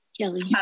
Kelly